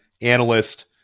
analyst